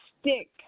stick